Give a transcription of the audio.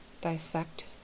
Dissect